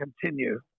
continue